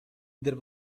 there